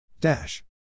Dash